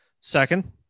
second